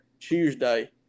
Tuesday